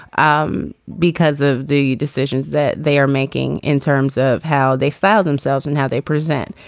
um because of the decisions that they are making in terms of how they found themselves and how they present.